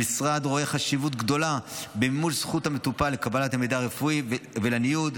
המשרד רואה חשיבות גדולה במימוש זכות המטופל לקבלת מידע הרפואי ולניוד.